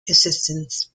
existence